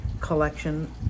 collection